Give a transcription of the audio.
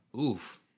Oof